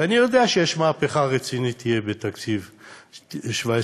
ואני יודע שתהיה מהפכה רצינית בתקציב 2017,